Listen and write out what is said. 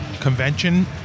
convention